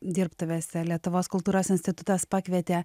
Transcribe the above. dirbtuvėse lietuvos kultūros institutas pakvietė